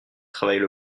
travaille